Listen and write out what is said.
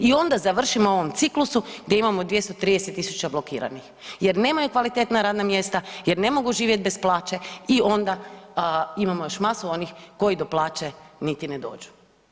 I onda završimo u ovom ciklusu gdje imamo 230.000 blokiranih jer nemaju kvalitetna radna mjesta, jer ne mogu živjeti bez plaće i onda imamo još masu onih koji do plaće niti ne dođu.